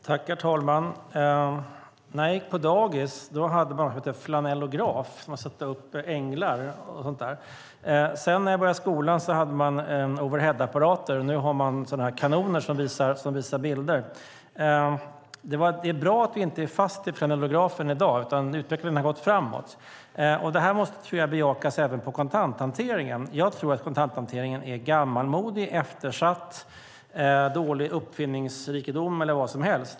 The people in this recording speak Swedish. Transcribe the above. Herr talman! När jag gick på dagis hade man något som kallades flanellograf, där man satte upp änglar och sådant. När jag började skolan hade man overheadapparater. Nu har man i stället sådana där kanoner som visar bilder. Det är bra att vi inte är fast i flanellografen i dag utan att utvecklingen har gått framåt. Det här måste bejakas även när det gäller kontanthanteringen. Jag tror att kontanthanteringen är gammalmodig, eftersatt, präglad av dålig uppfinningsrikedom och så vidare.